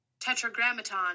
Tetragrammaton